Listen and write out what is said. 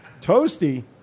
Toasty